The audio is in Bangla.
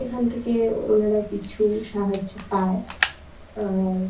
এখান থেকে ওনারা কিছু সাহায্য পায় আর